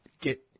get